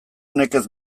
nekez